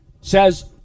says